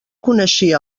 coneixia